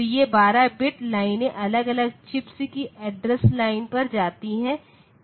तो ये 12 बिट लाइनें अलग अलग चिप्स की एड्रेस लाइन पर जाती हैं